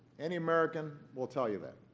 any american will tell you that.